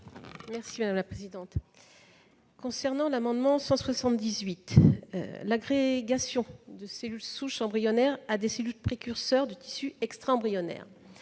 spéciale ? S'agissant de l'amendement n° 178, l'agrégation de cellules souches embryonnaires à des cellules précurseurs de tissus extra-embryonnaires